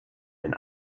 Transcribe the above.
denn